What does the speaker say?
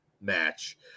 match